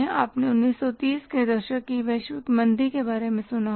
आपने 1930 के दशक की वैश्विक मंदी के बारे में सुना होगा